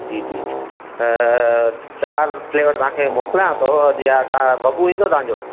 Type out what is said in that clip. जी जी चारि फ़्लेवर तव्हांखे मोकलियां थो या त बब्बू ईंदो तव्हांजो